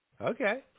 Okay